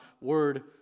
word